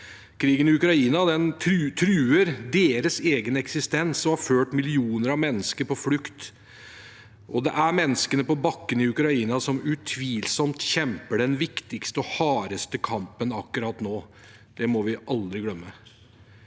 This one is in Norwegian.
Krigen i Ukraina truer deres egen eksistens og har ført millioner av mennesker på flukt. Det er menneskene på bakken i Ukraina som utvilsomt kjemper den viktigste og hardeste kampen akkurat nå. Det må vi aldri glemme.